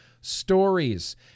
stories